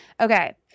Okay